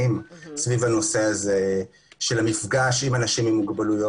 סביב הנושא הזה של המפגש עם אנשים עם מוגבלויות,